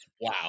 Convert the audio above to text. Wow